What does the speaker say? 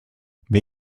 wer